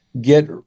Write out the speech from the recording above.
get